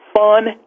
fun